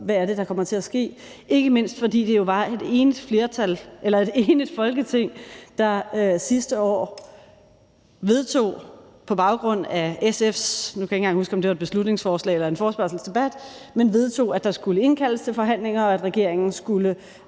hvad det er, der kommer til at ske, ikke mindst fordi det jo var et enigt Folketing, der sidste år vedtog – på baggrund af SF's, nu kan jeg ikke engang huske, om det er var et beslutningsforslag eller en forespørgselsdebat – at der skulle indkaldes til forhandlinger, og at regeringen skulle